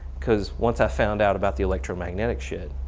cause once i found out about the electromagnetic shit,